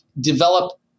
develop